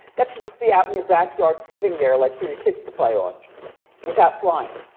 that should just be out in your backyard sitting there like for your kids to play on without flying.